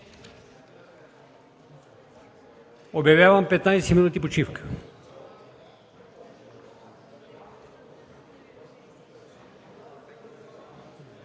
Обявявам 15 минути почивка.